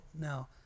Now